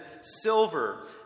silver